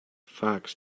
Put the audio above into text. fox